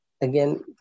again